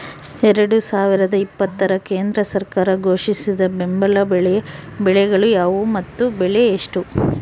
ಎರಡು ಸಾವಿರದ ಇಪ್ಪತ್ತರ ಕೇಂದ್ರ ಸರ್ಕಾರ ಘೋಷಿಸಿದ ಬೆಂಬಲ ಬೆಲೆಯ ಬೆಳೆಗಳು ಯಾವುವು ಮತ್ತು ಬೆಲೆ ಎಷ್ಟು?